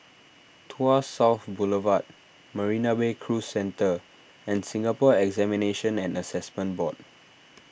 Tuas South Boulevard Marina Bay Cruise Centre and Singapore Examinations and Assessment Board